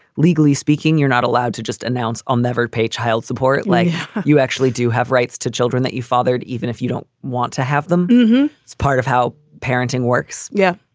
legally speaking, you're not allowed to just announced i'll never pay child support like you actually do have rights to children that you fathered, even if you don't want to have them it's part of how parenting works. yeah,